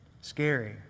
scary